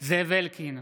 זאב אלקין,